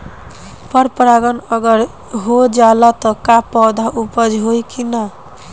पर परागण अगर हो जाला त का पौधा उपज होई की ना?